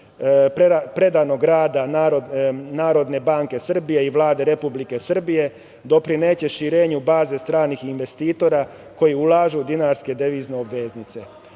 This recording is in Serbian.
predanog rada Narodne banke Srbije i Vlade Republike Srbije, doprineće širenju baze stranih investitora koji ulažu u dinarske devizne obveznice. Poštovani